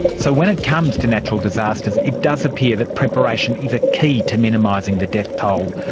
so when it comes to natural disasters it does appear that preparation is a key to minimising the death toll,